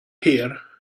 here